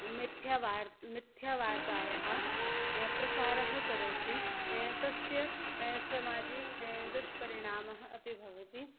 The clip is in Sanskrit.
मिथ्या वार् मिथ्या वार्तायाः प्रसारं करोति तस्य समाजे दुष्परिणामः अपि भवति